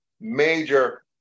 major